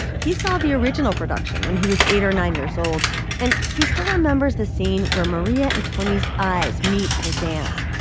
he saw the original production when he was eight or nine years old and he still remembers the scene where maria and tony's eyes meet at a dance.